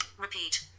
Repeat